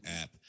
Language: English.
app